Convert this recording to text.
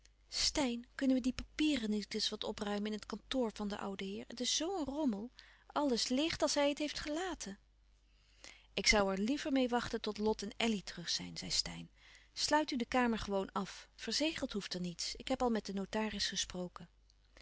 steyn kunnen we die papieren niet eens wat opruimen in het kantoor van den ouden heer het is zoo een rommel alles ligt als hij het heeft gelaten ik zoû er liever meê willen wachten tot lot en elly terug zijn zei steyn sluit u de kamer gewoon af verzegeld hoeft er niets ik heb al met den notaris gesproken